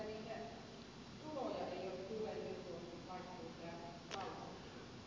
niinkö